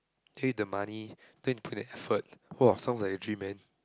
don't need the money don't need put in effort !wow! sounds like a dream man